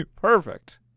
perfect